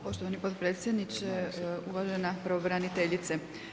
Poštovani potpredsjedniče, uvaženi pravobraniteljice.